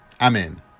Amen